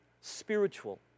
spiritual